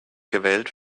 gewählt